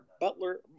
Butler